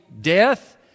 death